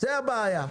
זו הבעיה.